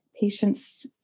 Patients